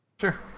Sure